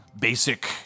basic